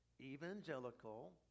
evangelical